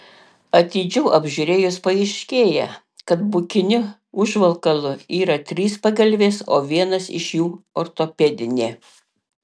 atidžiau apžiūrėjus paaiškėja kad pūkiniu užvalkalu yra trys pagalvės o vienas iš jų ortopedinė